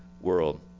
world